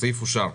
הסעיף אושר.